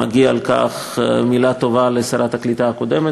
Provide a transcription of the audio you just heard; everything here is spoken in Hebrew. מגיעה על כך מילה טובה לשרת העלייה והקליטה הקודמת